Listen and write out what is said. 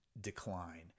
decline